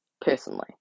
personally